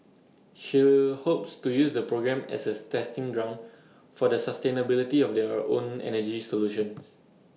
shell hopes to use the program as A testing ground for the sustainability of their own energy solutions